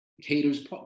caters